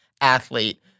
athlete